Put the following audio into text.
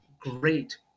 great